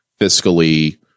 fiscally